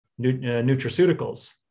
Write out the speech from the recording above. nutraceuticals